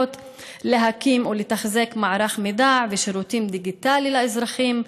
להקים ולתחזק מערך מידע ושירותים דיגיטלי לאזרחים,